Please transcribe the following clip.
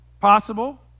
possible